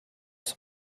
zum